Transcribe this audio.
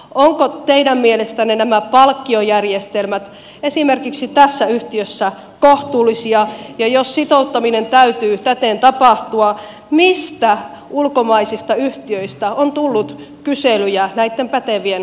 ovatko teidän mielestänne nämä palkkiojärjestelmät esimerkiksi tässä yhtiössä kohtuullisia ja jos sitouttamisen täytyy täten tapahtua mistä ulkomaisista yhtiöistä on tullut kyselyjä näitten pätevien henkilöiden rekrytoimiseksi